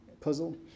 puzzle